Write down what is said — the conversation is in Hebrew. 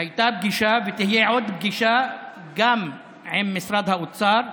הייתה פגישה ותהיה עוד פגישה גם עם משרד האוצר,